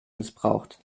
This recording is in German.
missbraucht